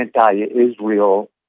anti-Israel